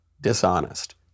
dishonest